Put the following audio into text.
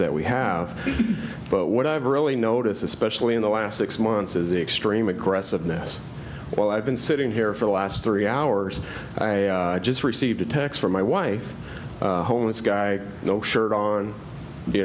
that we have but what i've really noticed especially in the last six months is the extreme aggressiveness while i've been sitting here for the last three hours i just received a text from my wife homeless guy no shirt on you